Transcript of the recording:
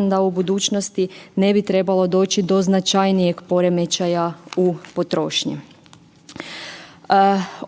da u budućnosti ne bi trebalo doći do značajnijeg poremećaja u potrošnji.